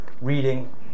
reading